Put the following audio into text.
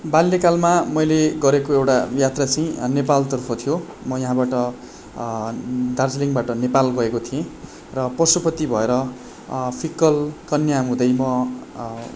बाल्यकालमा मैले गरेको एउटा यात्रा चाहिँ नेपालतर्फ थियो म यहाँबाट दार्जिलिङबाट नेपाल गएको थिएँ र पशुपति भएर फिक्कल कन्याम हुँदै म